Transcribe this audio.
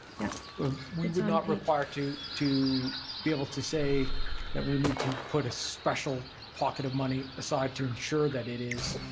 yeah we would not require to to be able to say that we need to put a special pocket of money aside to ensure that it is